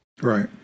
Right